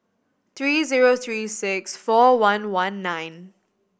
three zero three six four one one nine